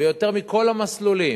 ויותר מכל המסלולים,